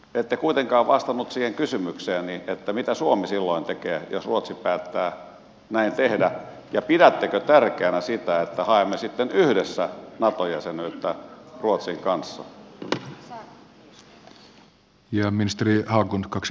ette kuitenkaan vastannut siihen kysymykseeni mitä suomi silloin tekee jos ruotsi päättää näin tehdä ja pidättekö tärkeänä sitä että haemme sitten yhdessä nato jäsenyyttä ruotsin kanssa